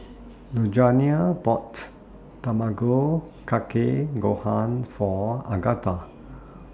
Lugenia bought Tamago Kake Gohan For Agatha